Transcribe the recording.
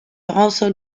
also